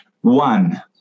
one